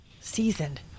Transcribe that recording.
Seasoned